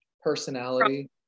Personality